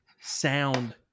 sound